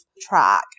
track